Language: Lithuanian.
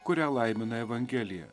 kurią laimina evangelija